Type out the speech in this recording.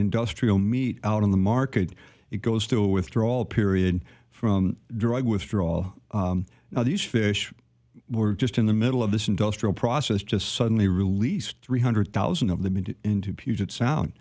industrial meat out on the market it goes through a withdrawal period from drug withdrawal now these fish were just in the middle of this industrial process just suddenly released three hundred thousand of them into into puget sound